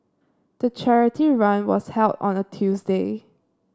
the charity run was held on a Tuesday